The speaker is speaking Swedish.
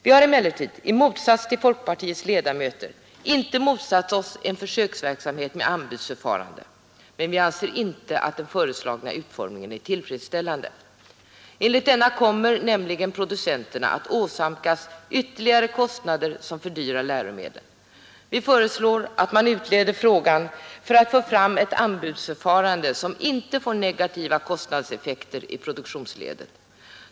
Vi har emellertid i motsats till folkpartiets ledamöter inte motsatt oss en försöksverksamhet med anbudsförfarande, men vi anser inte att den föreslagna utformningen är tillfredsställande. Enligt denna kommer nämligen producenterna att åsamkas ytterligare kostnader som kommer att fördyra läromedlen. Vi föreslår att man utreder frågan för att få fram ett anbudsförfarande som inte får negativa kostnadseffekter i produktionsskedet.